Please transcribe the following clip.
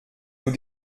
nous